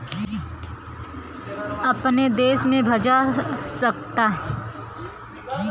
अपने देश में भजा सकला